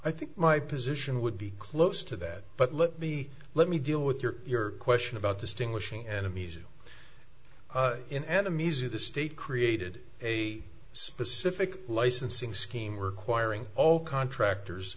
i think my position would be close to that but let me let me deal with your question about distinguishing enemies in enemies of the state created a specific licensing scheme requiring all contractors